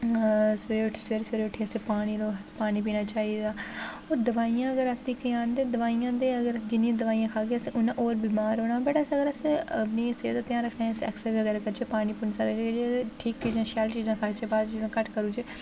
अस सबैह्रे सबैह्रे उठियै असें पानी पानी पीना चाहि्दा ऐ होर दवाइयां अगर अस दिक्खेआ जान ते दवाइयां दे अगर जि'न्नी दवाइयां खाह्गे अस उ'न्ना होर बमार होना वट् अस अगर असें अपनी सेह्त दा ध्यान रखना अस एक्सरसाइज़ बगैरा करचै अस पानी पूनी सारा किश ठीक चीज़ां शैल चीजां खाह्चै बाहर चीज़ां घट्ट करूचै